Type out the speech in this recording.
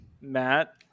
Matt